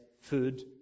food